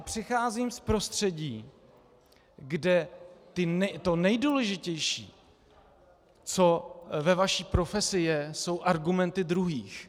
Přicházím z prostředí, kde nejdůležitější, co ve vaší profesi je, jsou argumenty druhých.